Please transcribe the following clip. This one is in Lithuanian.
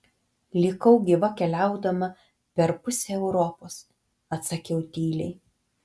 likau gyva keliaudama per pusę europos atsakiau tyliai